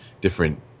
different